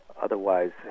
otherwise